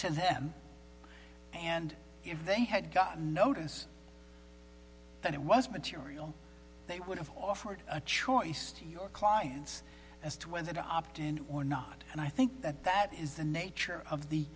to them and if they had got notice that it was material they would have offered a choice to your clients as to whether to opt in or not and i think that that is the nature of the